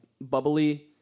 bubbly